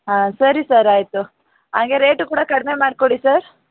ಹಾಂ ಸರಿ ಸರ್ ಆಯಿತು